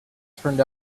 turned